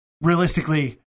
realistically